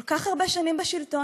כל כך הרבה שנים בשלטון,